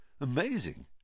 Amazing